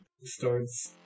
starts